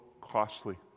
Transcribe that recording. costly